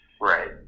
right